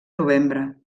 novembre